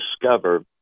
discover